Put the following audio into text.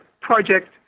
project